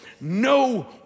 no